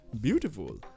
beautiful